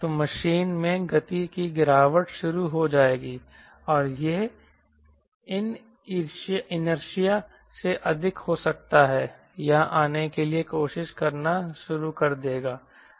तो मशीन में गति की गिरावट शुरू हो जाएगी और यह इनअर्शिया से अधिक हो सकता है यहां आने के लिए कोशिश करना शुरू कर देगा